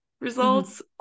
results